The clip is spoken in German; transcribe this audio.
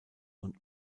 und